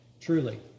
Truly